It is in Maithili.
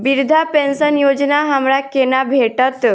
वृद्धा पेंशन योजना हमरा केना भेटत?